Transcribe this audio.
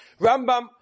Rambam